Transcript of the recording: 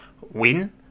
win